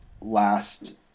last